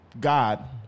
God